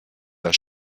der